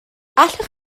allwch